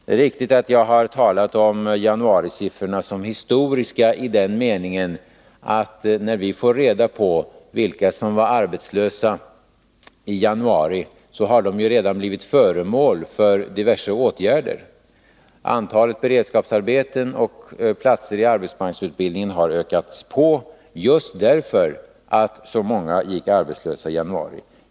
Det är riktigt att jag har talat om januarisiffrorna som historiska, i den meningen att när vi får reda på vilka som var arbetslösa i januari så har de redan blivit föremål för diverse åtgärder. Antalet beredskapsarbeten och platser i arbetsmarknadsutbildning har ökats, just därför att så många gick arbetslösa i januari.